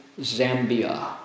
Zambia